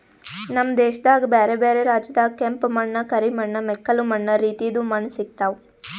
ನಮ್ ದೇಶದಾಗ್ ಬ್ಯಾರೆ ಬ್ಯಾರೆ ರಾಜ್ಯದಾಗ್ ಕೆಂಪ ಮಣ್ಣ, ಕರಿ ಮಣ್ಣ, ಮೆಕ್ಕಲು ಮಣ್ಣ ರೀತಿದು ಮಣ್ಣ ಸಿಗತಾವ್